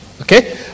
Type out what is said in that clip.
Okay